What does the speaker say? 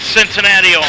Cincinnati